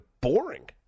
boring